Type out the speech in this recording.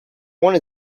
one